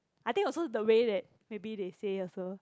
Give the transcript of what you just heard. I think also the way that maybe they say also